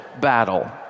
battle